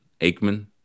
aikman